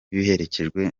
iherekejwe